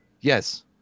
Yes